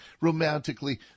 romantically